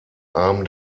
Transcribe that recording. arm